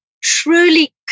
truly